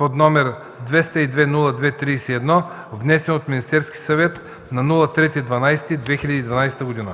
№ 202-02-31, внесен от Министерския съвет на 03